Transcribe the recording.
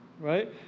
Right